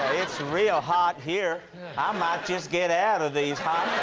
it's real hot here. i might just get out of these hot